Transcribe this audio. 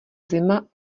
zima